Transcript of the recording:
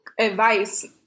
advice